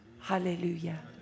Hallelujah